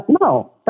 no